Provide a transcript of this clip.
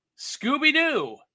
Scooby-Doo